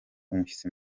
umushyitsi